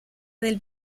del